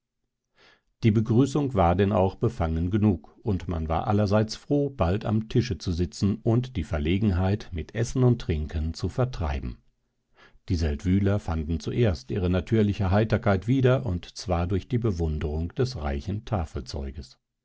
die begrüßung war denn auch befangen genug und man war allerseits froh bald am tische zu sitzen und die verlegenheit mit essen und trinken zu vertreiben die seldwyler fanden zuerst ihre natürliche heiterkeit wieder und zwar durch die bewunderung des reichen